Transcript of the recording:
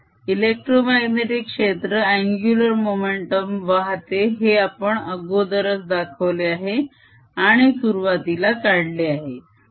electromagnetic क्षेत्र angular momentum वाहते हे आपण अगोदरच दाखवले आहे आणि सुरुवातीला काढले आहे